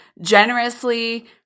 generously